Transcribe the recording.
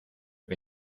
que